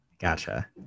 gotcha